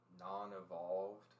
non-evolved